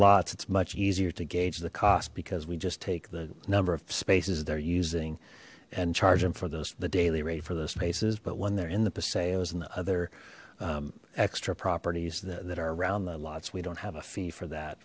lots it's much easier to gauge the cost because we just take the number of spaces they're using and charge them for those the daily rate for those spaces but when they're in the paseos and the other extra properties that are around that lots we don't have a fee for that